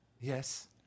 Yes